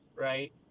right